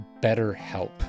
BetterHelp